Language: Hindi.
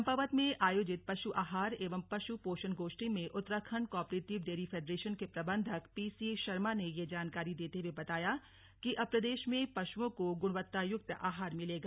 चम्पावत में आयोजित पशु आहार एवं पशु पोषण गोष्ठी में उत्तराखंड कॉपरेटिव डेरी फेडरेशन के प्रबन्धक पीसी शर्मा ने यह जानकारी देते हुए बताया कि अब प्रदेश में पशुओं को गुणवत्तायुक्त आहार मिलेगा